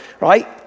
right